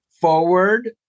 forward